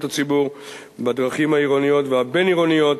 הציבור בדרכים העירוניות והבין-עירוניות